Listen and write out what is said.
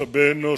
משאבי אנוש,